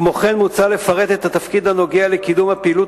כמו כן מוצע לפרט את התפקיד הנוגע לקידום הפעילות